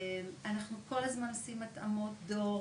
אנחנו כל הזמן עושים התאמות דור,